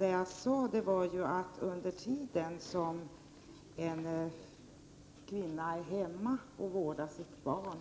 Vad jag sade var att den tid som en kvinna är hemma och vårdar sitt barn